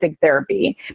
therapy